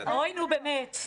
אוי, נו באמת.